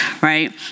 right